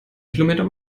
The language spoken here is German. kilometer